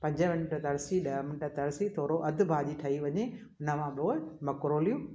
पंज मिंट तरसी ॾह मिंट तरसी थोरो अधु भाॼी ठही वञे हुन खां पोइ मक्रोलियूं